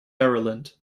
maryland